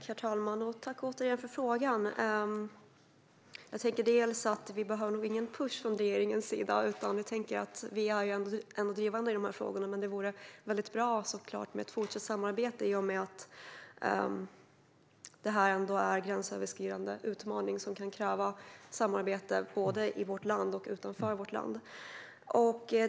Herr talman! Tack, Anders Hansson, för frågan! Regeringen behöver nog ingen push, utan vi är drivande i de här frågorna. Men det vore såklart bra med ett fortsatt samarbete i och med att det här är en gränsöverskridande utmaning som kan kräva samarbete både i vårt land och utanför vårt land.